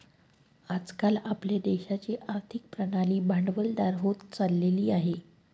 आज काल आपल्या देशाची आर्थिक प्रणाली भांडवलदार होत चालली आहे